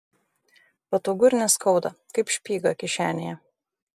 patogu ir neskauda kaip špyga kišenėje